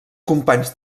companys